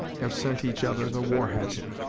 have sent each other the war hatchet.